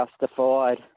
justified